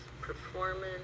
performance